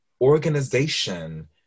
organization